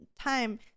time